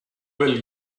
will